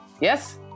Yes